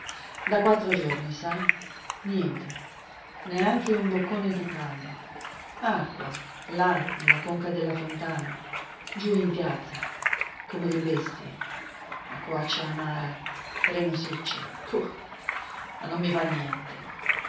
da quattro giorni sa niente neanche un boccone di pane acqua là nella conca della fontana giù in piazza come le bestie acquaccia amara renosiccia puh ma non mi va niente